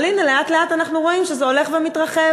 אבל לאט-לאט אנחנו רואים שזה הולך ומתרחב.